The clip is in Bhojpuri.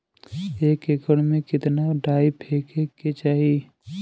एक एकड़ में कितना डाई फेके के चाही?